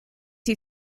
you